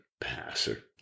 passer